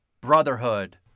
brotherhood